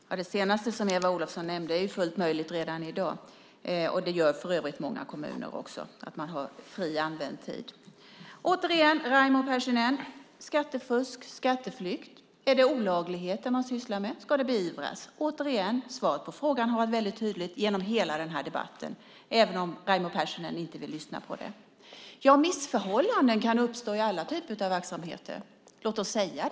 Herr talman! Det senaste som Eva Olofsson nämnde är fullt möjligt också i dag. Det är för övrigt många kommuner som har fri använd tid. Raimo Pärssinen: Om man sysslar med olagligheter - skattefusk och skatteflykt - ska det beivras. Svaret på frågan har varit väldigt tydligt genom hela debatten, även om Raimo Pärssinen inte vill lyssna på det. Missförhållanden kan uppstå i alla typer av verksamheter. Låt oss säga det.